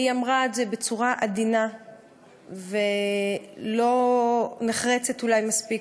היא אמרה את זה בצורה עדינה ולא נחרצת אולי מספיק,